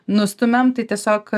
nustumiam tai tiesiog